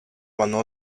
vanno